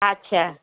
আচ্ছা